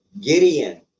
Gideon